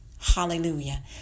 Hallelujah